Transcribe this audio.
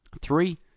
Three